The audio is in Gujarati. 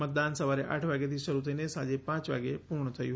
મતદાન સવારે આઠ વાગ્યાથી શરૂ થઈને સાંજે પાંચ વાગે પૂર્ણ થયું